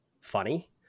funny